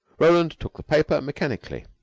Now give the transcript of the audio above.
roland took the paper mechanically.